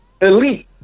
elite